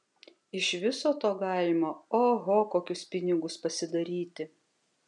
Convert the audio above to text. iš viso to galima oho kokius pinigus pasidaryti